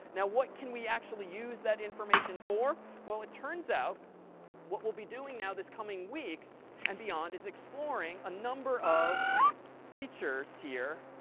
now what can we actually use that information for? well it turns out what we'll be doing now, this coming week and beyond, is exploring a number of features here